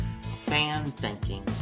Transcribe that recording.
fan-thinking